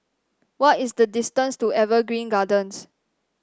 what is the distance to Evergreen Gardens